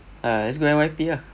ah let's go N_Y_P ah